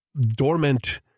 dormant